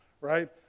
right